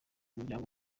umuryango